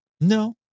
No